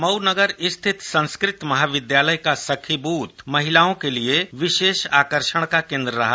मऊ नगर स्थित संस्कृत महाविद्यालय का सखी बूथ महिलाओं के लिए विशेष आकर्षण का केंद्र रहा